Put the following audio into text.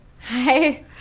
Hi